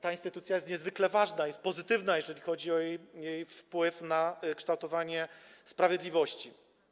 Ta instytucja jest niezwykle ważna, pozytywna, jeżeli chodzi o jej wpływ na kształtowanie sprawiedliwości.